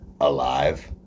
Alive